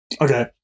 Okay